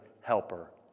helper